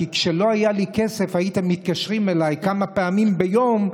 כי כשלא היה לי כסף הייתם מתקשרים אליי כמה פעמים ביום.